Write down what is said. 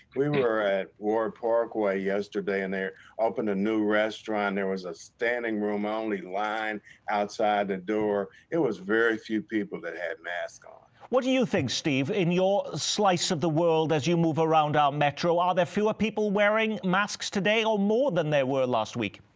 we were at ward parkway yesterday, and they opened a new restaurant, there was a standing room only line outside the door. it was very few people that had masks on. what do you you think, steve, in your slice of the world as you move around our metro, are there fewer people wearing masks today, or more than there were last week?